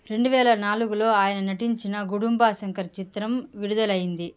రెండువేల నాలుగులో ఆయన నటించిన గుడుంబాశంకర్ చిత్రం విడుదలైంది